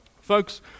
Folks